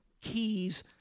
keys